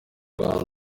rwanda